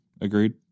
Agreed